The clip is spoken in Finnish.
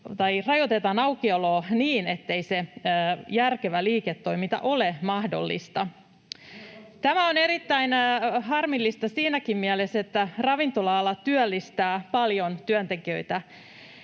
tai rajoitetaan aukioloa niin, ettei se järkevä liiketoiminta ole mahdollista. [Aki Lindénin välihuuto] Tämä on erittäin harmillista siinäkin mielessä, että ravintola-ala työllistää paljon työntekijöitä,